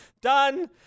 Done